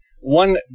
one